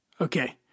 Okay